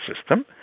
system